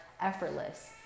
effortless